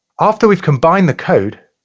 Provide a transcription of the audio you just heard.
after we've combined the code,